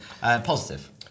Positive